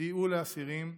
סייעו לאסירים,